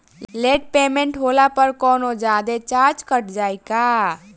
Late payment होला पर कौनोजादे चार्ज कट जायी का?